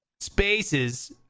spaces